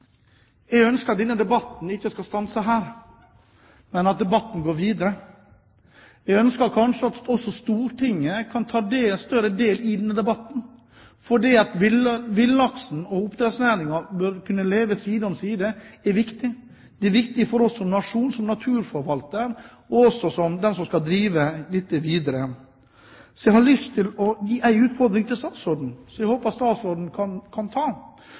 Jeg ønsker at denne debatten ikke skal stanse her, men at debatten går videre. Jeg ønsker at også Stortinget kan ta større del i denne debatten. Det at villaksen og oppdrettsnæringen kan leve side om side, er viktig. Det er viktig for oss som nasjon, som naturforvalter, og også som den som skal drive dette videre. Jeg har lyst til å gi statsråden en utfordring som jeg håper at hun kan ta.